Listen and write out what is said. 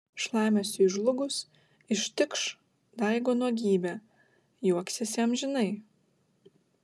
šlamesiui žlugus ištikš daigo nuogybė juoksiesi amžinai